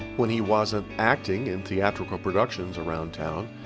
when he wasn't acting in theatrical productions around town,